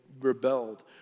rebelled